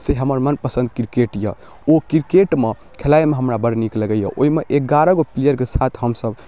से हमर मनपसन्द किरकेट अइ ओ किरकेटमे खेलाइमे हमरा बड़ नीक लगैए ओहिमे एगारहगो प्लेअरके साथ हमसभ